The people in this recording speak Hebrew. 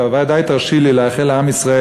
את ודאי תרשי לי לאחל לעם ישראל,